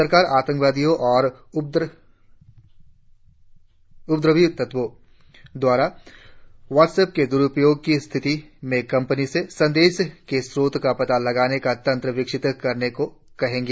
सरकार आतंकवादियों और उपद्रवी तत्वों द्वारा व्हाट्स ऐप के दुरुपयोग की स्थिति में कंपनी से संदेश के स्रोत का पता लगाने का तंत्र विकसित करने को कहेगा